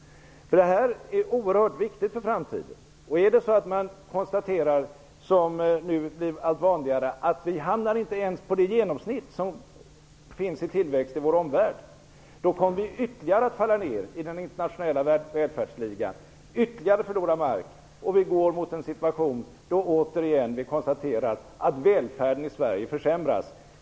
Det här är oerhört viktigt för framtiden. Om man konstaterar, vilket nu blir allt vanligare, att vi inte ens hamnar på genomsnittet för tillväxt i vår omvärld, kommer vi att ytterligare falla ned i den internationella välfärdsligan, ytterligare förlora mark. Vi går mot en situation då vi återigen konstaterar att välfärden i Sverige försämras.